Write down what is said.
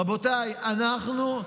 רבותיי, אנחנו,